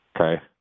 okay